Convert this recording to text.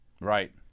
Right